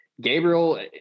Gabriel